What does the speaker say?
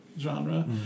genre